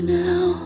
now